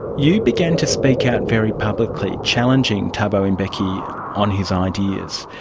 you began to speak out very publicly, challenging thabo mbeki on his ideas.